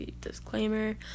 disclaimer